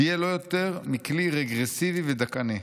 תהיה לא יותר מכלי רגרסיבי ודכאני".